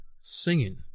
singing